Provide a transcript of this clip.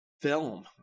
film